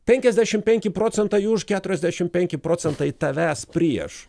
penkiasdešim penki procentai už keturiasdešim penki procentai tavęs prieš